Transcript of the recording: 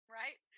right